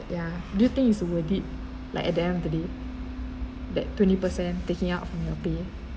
yeah do you think is worth it like at the end of the day that twenty percent taking out from your pay